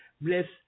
Bless